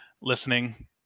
listening